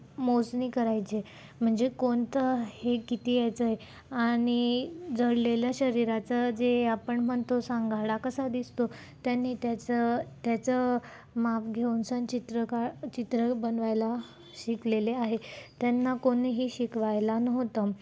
मोजणी करायचे म्हणजे कोणतं हे किती याचं आहे आणि जडलेल्या शरीराचं जे आपण म्हणतो सांगाडा कसा दिसतो त्यांनी त्याचं त्याचं माप घेऊन सन चित्र का चित्र बनवायला शिकलेले आहे त्यांना कोणीही शिकवायला नव्हतं